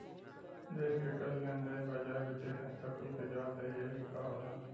देस के कर, लेन देन, बाजार, वित्तिय संस्था कुल क जवाबदेही यही क होला